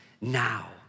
now